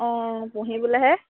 অঁ পুহিবলৈহে